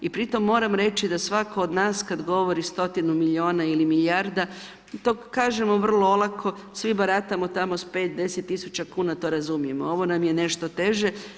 I pri tome moram reći da svatko od nas kada govori stotinu milijuna ili milijarda, to kažemo vrlo olako, svi baratamo tamo s 5, 10.000,00 kn, to razumijemo, ovo nam je nešto teže.